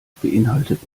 beinhaltet